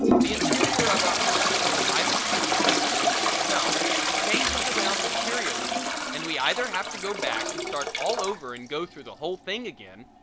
the interior of our mouth for private reasons best known to itself changes around materially and we either have to go back and start all over and go through the whole thing again,